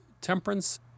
temperance